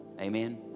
Amen